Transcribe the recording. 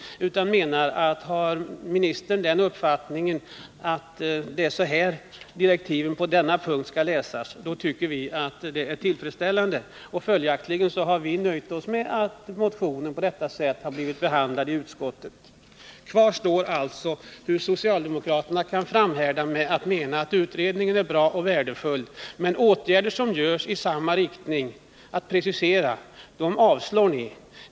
Om ministern har den uppfattningen att det är så här direktiven skall läsas på denna punkt, då finner vi det tillfredsställande. Därför har vi nöjt oss med den behandling motionen har fått i utskottet. Kvar står alltså frågan hur socialdemokraterna kan framhärda i sin uppfattning att utredningen är bra och värdefull men samtidigt avslå förslag till åtgärder i samma riktning, dvs. för att åstadkomma precisering.